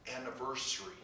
anniversary